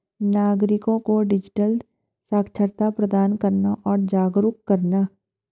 नागरिको को डिजिटल साक्षरता प्रदान करना और जागरूक करना